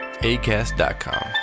Acast.com